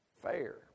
fair